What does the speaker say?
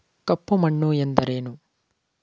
ಕಪ್ಪು ಮಣ್ಣು ಎಂದರೇನು?